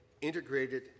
integrated